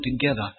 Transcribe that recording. together